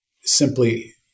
simply